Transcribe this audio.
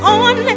on